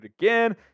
again